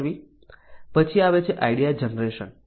પછી આવે છે આઈડિયા જનરેશન